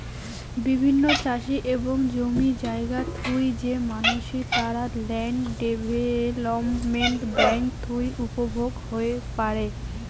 বিভিন্ন চাষি এবং জমি জায়গা থুই যে মানসি, তারা ল্যান্ড ডেভেলপমেন্ট বেঙ্ক থুই উপভোগ হই পারে